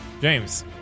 James